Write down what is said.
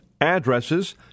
addresses